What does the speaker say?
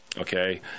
Okay